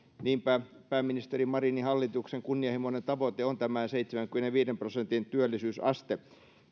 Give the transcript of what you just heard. niinpä pääministeri marinin hallituksen kunnianhimoinen tavoite on tämä seitsemänkymmenenviiden prosentin työllisyysaste